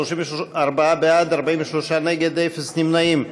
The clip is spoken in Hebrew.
הסתייגות מס' 4, 34 בעד, 43 נגד, אפס נמנעים.